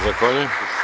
Zahvaljujem.